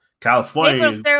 California